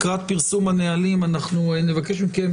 לקראת פרסום הנהלים, אנחנו נבקש מכם